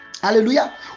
hallelujah